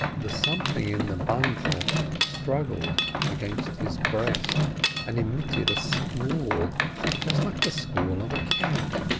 the something in the bundle struggled against his breast and emitted a squall just like the squall of a cat.